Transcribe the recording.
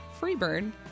Freebird